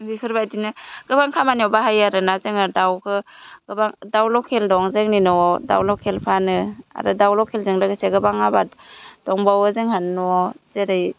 बेफोरबायदिनो गोबां खामानियाव बाहायो आरो ना जोङो दावखौ गोबां दाव लकेल दं जोंनि नआव दाव लकेल फानो आरो दाव लकेलजों लोगोसे गोबां आबाद दंबावो जोंहानि न'आव जेरै